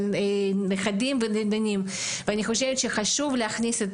לנכדים ולנינים ואני חושבת שחשוב להכניס את